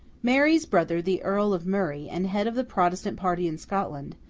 mary's brother, the earl of murray, and head of the protestant party in scotland,